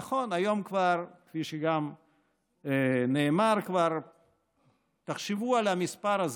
נכון, כפי שגם נאמר, תחשבו על המספר הזה: